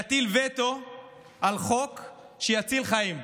יטיל וטו על חוק שיציל חיים,